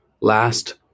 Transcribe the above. last